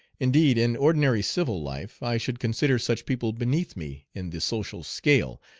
indeed, in ordinary civil life i should consider such people beneath me in the social scale,